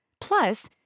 Plus